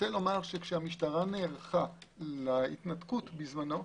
כשהמשטרה נערכה להתנתקות בזמנו,